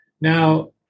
Now